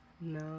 No